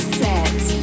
set